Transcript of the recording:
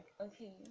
okay